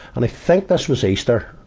and i think this was easter,